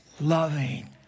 Loving